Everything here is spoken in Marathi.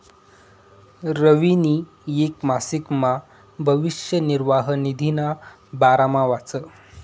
रवीनी येक मासिकमा भविष्य निर्वाह निधीना बारामा वाचं